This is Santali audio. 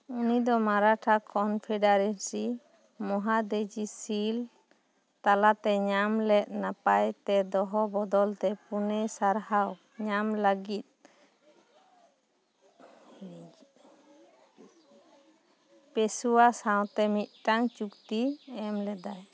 ᱩᱱᱤ ᱫᱚ ᱢᱟᱨᱟᱴᱷᱟ ᱠᱚᱱᱯᱷᱮᱰᱟᱨᱮᱥᱤ ᱢᱚᱦᱟᱫᱮᱡᱤ ᱥᱤᱞᱰ ᱛᱟᱞᱟᱛᱮ ᱧᱟᱢ ᱞᱮᱫ ᱱᱟᱯᱟᱭ ᱛᱮ ᱫᱚᱦᱚ ᱵᱚᱫᱚᱞ ᱛᱮ ᱯᱩᱱᱮ ᱥᱟᱨᱦᱟᱣ ᱧᱟᱢ ᱞᱟᱹᱜᱤᱫ ᱦᱤᱲᱤᱧ ᱠᱮᱫ ᱫᱚᱧ ᱯᱮᱥᱳᱣᱟ ᱥᱟᱶᱛᱮ ᱢᱤᱫᱴᱟᱝ ᱪᱩᱠᱛᱤᱭ ᱮᱢ ᱞᱮᱫᱟᱭ